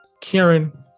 Karen